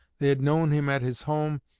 they had known him at his home,